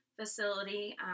facility